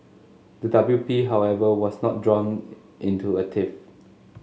the W P However was not drawn it into a tiff